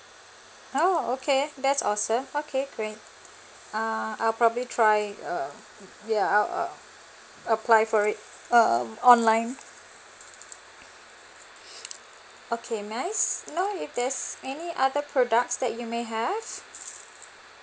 oh okay that's awesome okay great uh I'll probably try uh ya uh apply for it um online okay may I know if there's any other products that you may have